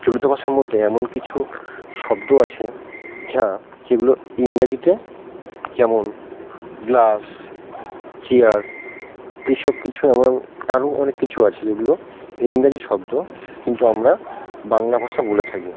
চলিত ভাষার মধ্যে এমন কিছু শব্দ আছে যা যেগুলো ইংরাজিতে যেমন গ্লাস চেয়ার এ সব কিছু এমন আরও অনেক কিছু আছে যেগুলো ইংরাজি শব্দ কিন্তু আমরা বাংলা ভাষা বলে থাকি